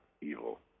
evil